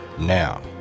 now